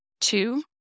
Two